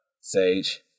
Sage